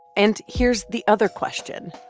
and here's the other question.